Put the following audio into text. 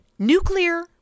Nuclear